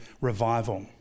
revival